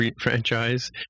franchise